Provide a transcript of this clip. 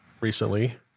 recently